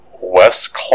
West